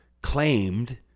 claimed